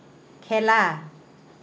খেলা